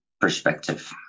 perspective